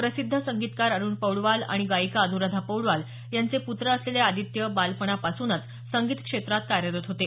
प्रसिद्ध संगीतकार अरुण पौंडवाल आणि गायिका अनुराधा पौंडवाल यांचे पुत्र असलेले आदित्य बालपणापासून संगीत क्षेत्रात कार्यरत होते